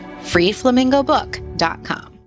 FreeFlamingoBook.com